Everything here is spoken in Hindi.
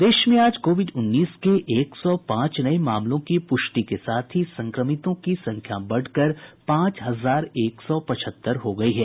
प्रदेश में आज कोविड उन्नीस के एक सौ पांच नये मामलों की प्रष्टि के साथ ही संक्रमितों की संख्या बढ़कर पांच हजार एक सौ पचहत्तर हो गयी है